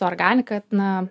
organika na